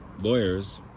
lawyers